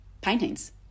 paintings